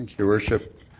your worship,